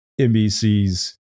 NBC's